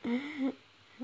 mm